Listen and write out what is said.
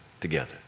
together